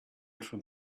from